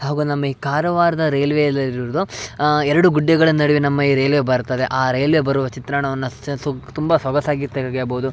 ಹಾಗೂ ನಮ್ಮ ಈ ಕಾರವಾರದ ರೈಲ್ವೆ ಎರಡು ಗುಡ್ಡೆಗಳ ನಡುವೆ ನಮ್ಮ ಈ ರೈಲ್ವೆ ಬರ್ತದೆ ಆ ರೈಲ್ವೆ ಬರುವ ಚಿತ್ರಣವನ್ನು ಸುಗ್ ತುಂಬ ಸೊಗಸಾಗಿ ತೆಗೆಯಬೋದು